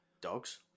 Dogs